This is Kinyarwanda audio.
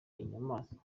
inyamaswa